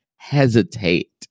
hesitate